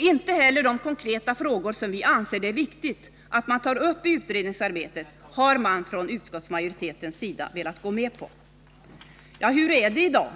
Inte heller de konkreta frågor som vi anser det är viktigt att ta upp i utredningsarbetet har utskottsmajoriteten velat gå med på. Hur är det i dag?